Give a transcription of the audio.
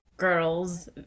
girls